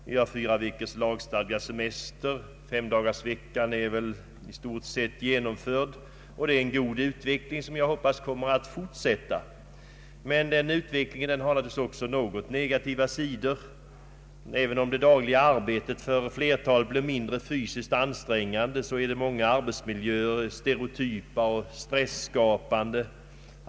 Vi har fyra veckors lagstadgad semester, femdagarsveckan är i stort sett genomförd, och det är en god utveckling som jag hoppas kommer att fortsätta. Men den utvecklingen har naturligtvis också negativa sidor. även om det dagliga arbetet för flertalet blir mindre fysiskt ansträngande, är många arbetsmiljöer stereotypa och stresskapande.